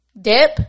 dip